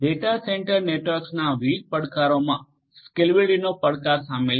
data centre નેટવર્ક્સના વિવિધ પડકારોમાં સ્કેલેબિલીટીનો પડકાર શામેલ છે